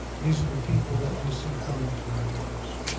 these are the people that we see coming to our doors,